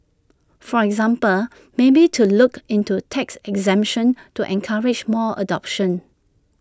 for example maybe to look into tax exemption to encourage more adoption